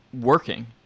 working